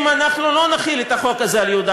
אם אנחנו לא נחיל את החוק הזה על יהודה